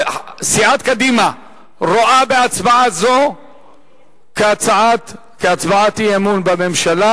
סיעת קדימה רואה הצבעה זו כהצבעת אי-אמון בממשלה.